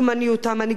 אני כבר מסיימת.